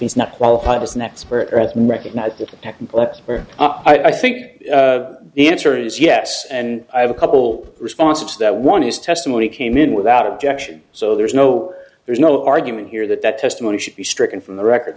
he's not qualified as an expert at and recognize that left or i think the answer is yes and i have a couple responses that one is testimony came in without objection so there's no there's no argument here that that testimony should be stricken from the record